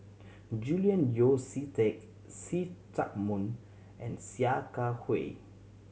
Julian Yeo See Teck See Chak Mun and Sia Kah Hui